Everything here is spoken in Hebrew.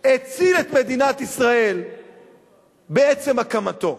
הציל את מדינת ישראל בעצם הקמתו,